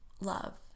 love